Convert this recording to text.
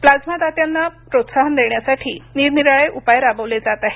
plasma दात्यांना प्रोत्साहन देण्यासाठी निरनिराळे उपाय राबवले जात आहे